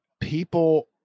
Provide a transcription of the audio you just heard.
people